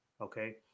okay